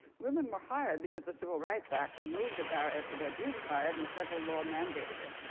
women were hired because the civil rights act removed the barrier to their being hired, and the federal law mandated it.